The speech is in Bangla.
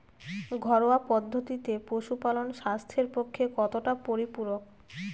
ঘরোয়া পদ্ধতিতে পশুপালন স্বাস্থ্যের পক্ষে কতটা পরিপূরক?